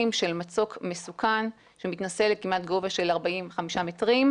של מצוק מסוכן שמתנשא לכמעט גובה של 45 מטרים.